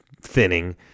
thinning